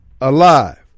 alive